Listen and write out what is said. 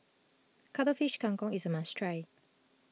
Cuttlefish Kang Kong is a must try